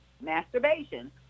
masturbation